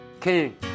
king